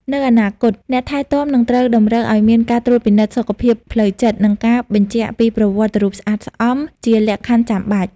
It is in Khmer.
នៅអនាគត អ្នកថែទាំនឹងត្រូវតម្រូវឱ្យមានការត្រួតពិនិត្យសុខភាពផ្លូវចិត្ត និងការបញ្ជាក់ពីប្រវត្តិរូបស្អាតស្អំជាលក្ខខណ្ឌចាំបាច់។